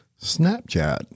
Snapchat